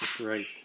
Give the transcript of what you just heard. Right